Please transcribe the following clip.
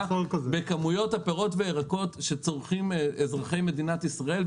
בכמויות הפירות והירקות שצורכים אזרחי מדינת ישראל,